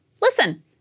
Listen